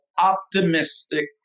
optimistic